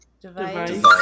Device